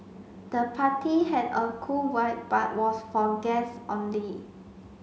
the party had a cool vibe but was for guests only